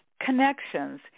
Connections